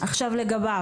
לגביו,